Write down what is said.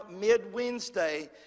mid-Wednesday